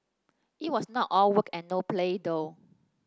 it was not all work and no play though